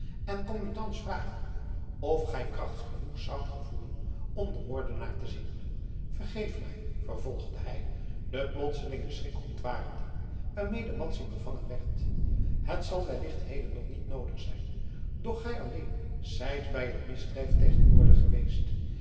en kom u thans vragen of gij krachts genoeg zoudt gevoelen om den moordenaar te zien vergeef mij vervolgde hij den plotselingen schrik ontwarende waarmede madzy bevangen werd het zal wellicht heden nog niet noodig zijn doch gij alleen zijt bij het misdrijf tegenwoordig geweest